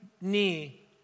knee